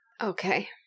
Okay